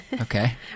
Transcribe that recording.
Okay